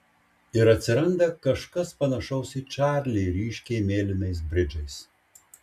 ir atsiranda kažkas panašaus į čarlį ryškiai mėlynais bridžais